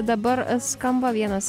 dabar skamba vienas